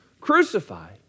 crucified